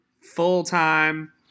full-time